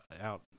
out